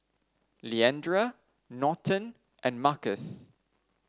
Leandra Norton and Markus